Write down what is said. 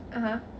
(uh huh)